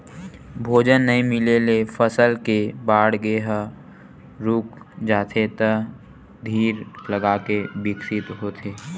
भोजन नइ मिले ले फसल के बाड़गे ह रूक जाथे त धीर लगाके बिकसित होथे